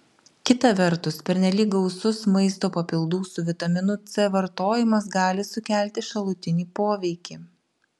kita vertus pernelyg gausus maisto papildų su vitaminu c vartojimas gali sukelti šalutinį poveikį